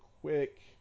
quick